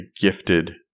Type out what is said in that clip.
gifted